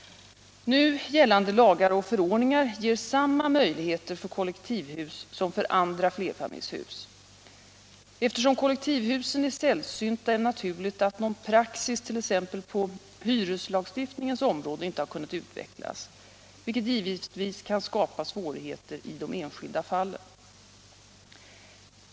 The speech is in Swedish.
Nu gällande lagar och förordningar ger samma möjligheter för kollektivhus som för andra flerfamiljshus. Eftersom kollektivhusen är sällsynta är det naturligt att någon praxis t.ex. på hyreslagstiftningens område inte har kunnat utvecklas, vilket givetvis kan skapa svårigheter i de enskilda fallen.